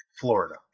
Florida